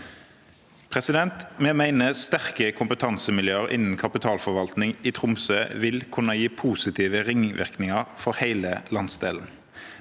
i 2024. Vi mener at sterke kompetansemiljøer innen kapitalforvaltning i Tromsø vil kunne gi positive ringvirkninger for hele landsdelen.